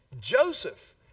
Joseph